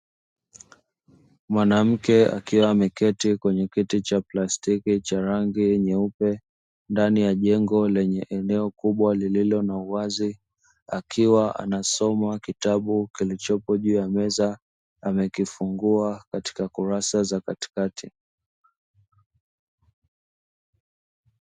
Mwanamke akiwa ameketi kwenye kiti cha plastiki cha rangi nyeupe ndani ya jengo lenye eneo kubwa lililo na uwazi, akiwa anasoma kitabu kilichopo juu ya meza amekifungua katika kurasa za katikati.